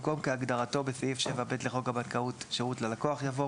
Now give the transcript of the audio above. במקום "כהגדרתו בסעיף 7ב לחוק הבנקאות (שירות ללקוח)" יבוא